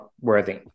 worthy